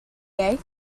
day